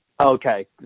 Okay